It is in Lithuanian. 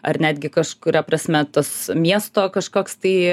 ar netgi kažkuria prasme tas miesto kažkoks tai